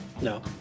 No